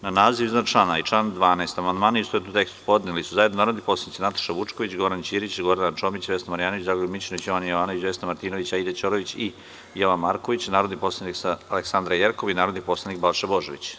Na naziv iznad člana i član 12. amandmane, u istovetnom tekstu, podneli su zajedno narodni poslanici Nataša Vučković, Goran Ćirić, Gordana Čomić, Vesna Marjanović, Dragoljub Mićunović, Jovana Jovanović, Vesna Martinović, Aida Ćorović i Jovan Marković, narodni poslanik mr Aleksandra Jerkov i narodni poslanik Balša Božović.